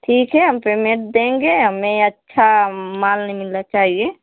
ठीक है हम पेमेट देंगें हमें अच्छा माल मिलना चाहिए